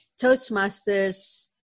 Toastmasters